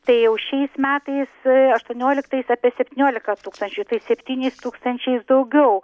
tai jau šiais metais aštuonioliktais apie septyniolika tūkstančių tai septyniais tūkstančiais daugiau